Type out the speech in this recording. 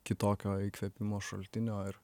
kitokio įkvėpimo šaltinio ar